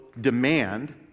demand